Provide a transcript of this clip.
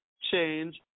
change